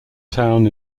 town